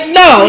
no